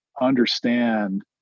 understand